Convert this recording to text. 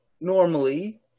normally